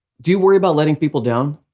do you worry about letting people down?